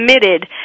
committed